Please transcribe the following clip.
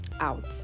out